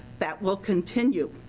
that will continue.